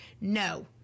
No